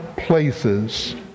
places